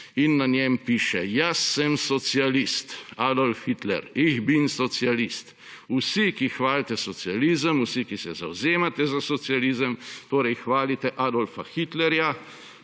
In na njem piše, jaz sem socialist. Adolf Hitler: »Ich bin Sozialist.« Vsi, ki hvalite socializem, vsi, ki se zavzemate za socializem, torej hvalite Adolfa Hitlerja.